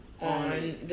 on